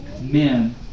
men